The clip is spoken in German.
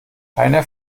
keiner